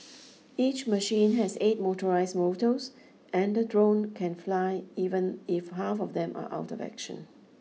each machine has eight motorised motors and the drone can fly even if half of them are out of action